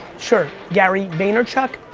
sure, gary vaynerchuk,